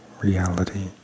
reality